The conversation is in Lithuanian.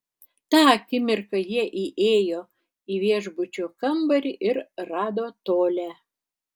tą akimirką jie įėjo į viešbučio kambarį ir rado tolią